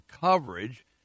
coverage